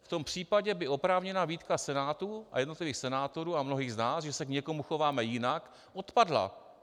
V tom případě by oprávněná výtka Senátu a jednotlivých senátorů a mnohých z nás, že se k někomu chováme jinak, odpadla.